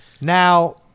Now